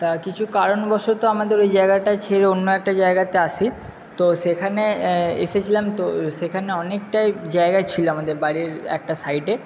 তা কিছু কারণবশত আমাদের ওই জায়গাটা ছেড়ে অন্য একটা জায়গাতে আসি তো সেখানে এসেছিলাম তো সেখানে অনেকটাই জায়গা ছিল আমাদের বাড়ির একটা সাইডে